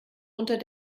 unter